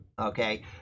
Okay